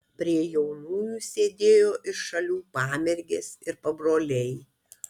prie jaunųjų sėdėjo iš šalių pamergės ir pabroliai